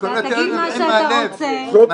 אתה תגיד מה שאתה רוצה --- אנחנו מדברים מהלב,